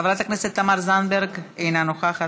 חברת הכנסת תמר זנדברג אינה נוכחת,